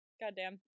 Goddamn